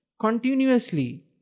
continuously